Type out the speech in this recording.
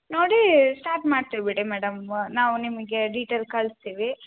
ನೋಡಿ ಸ್ಟಾರ್ಟ್ ಮಾಡ್ತಿವಿ ಬಿಡಿ ಮೇಡಮ್ ನಾವು ನಿಮಗೆ ಡಿಟೇಲ್ ಕಳ್ಸ್ತೀವಿ